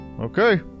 Okay